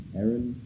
Aaron